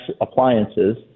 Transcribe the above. appliances